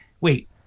wait